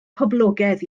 poblogaidd